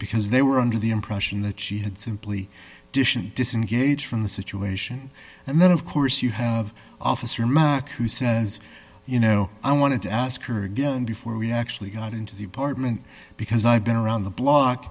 because they were under the impression that she had simply disengage from the situation and then of course you have officer mark who says you know i wanted to ask her again before we actually got into the apartment because i've been around the block